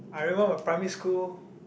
I remember my primary school